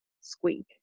squeak